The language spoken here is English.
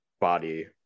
body